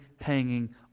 hanging